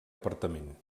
apartament